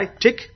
tick